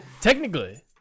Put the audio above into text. technically